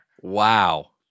Wow